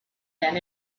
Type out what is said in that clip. then